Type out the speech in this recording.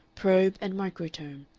probe and microtome,